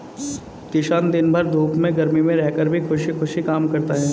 किसान दिन भर धूप में गर्मी में रहकर भी खुशी खुशी काम करता है